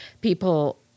People